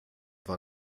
war